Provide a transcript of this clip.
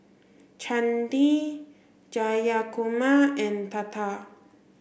Chandi Jayakumar and Tata